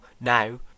now